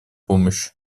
помощи